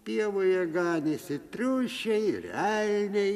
pievoje ganėsi triušiai ir elniai